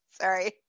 Sorry